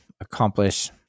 accomplish